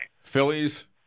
Phillies